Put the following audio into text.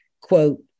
quote